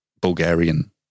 Bulgarian